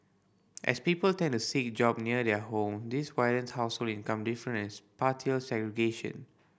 as people tend to seek job near their home this widens household income difference spatial segregation